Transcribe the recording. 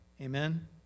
Amen